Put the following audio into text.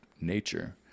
nature